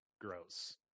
gross